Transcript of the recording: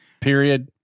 period